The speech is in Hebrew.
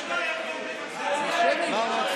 הו,